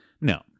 No